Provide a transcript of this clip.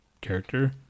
character